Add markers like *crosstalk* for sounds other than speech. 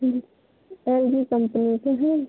*unintelligible* L G company के हैं